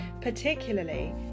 particularly